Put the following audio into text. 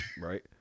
Right